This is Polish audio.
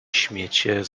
śmiecie